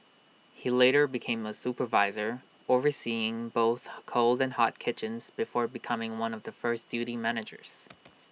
he later became A supervisor overseeing both the cold and hot kitchens before becoming one of the first duty managers